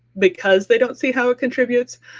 because they don't see how it contributes,